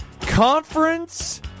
conference